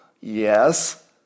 Yes